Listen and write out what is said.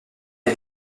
les